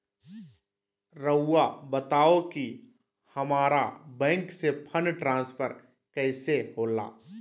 राउआ बताओ कि हामारा बैंक से फंड ट्रांसफर कैसे होला?